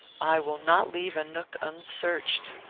i will not leave a nook unsearched.